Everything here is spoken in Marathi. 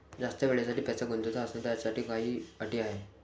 जास्त वेळेसाठी पैसा गुंतवाचा असनं त त्याच्यासाठी काही अटी हाय?